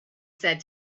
said